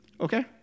Okay